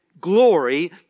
glory